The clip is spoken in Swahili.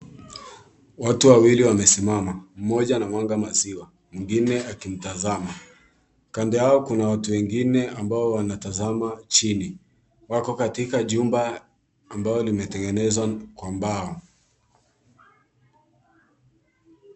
Watu wawili wamesimama, mmoja anamwaga maziwa mwingine akimtazama. Kando yao kuna watu wengine ambao wanatazama chini. Wako katika jumba ambalo limetengenezwa kwa mbao.